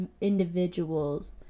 individuals